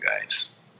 guys